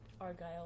argyle